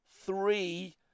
three